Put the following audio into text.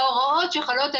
ההוראות שחלות,